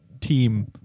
team